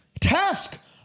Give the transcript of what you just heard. task